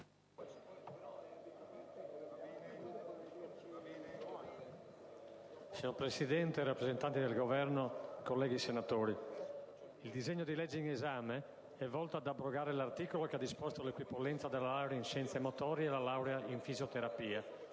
Signor Presidente, rappresentanti del Governo, colleghi senatori, il disegno di legge in esame è volto ad abrogare l'articolo che ha disposto l'equipollenza della laurea in scienze motorie alla laurea in fisioterapia,